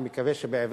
אני מקווה שבעברית,